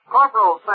Corporal